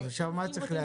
עכשיו מה צריך להגיד?